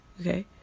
okay